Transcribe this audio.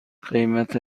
قیمت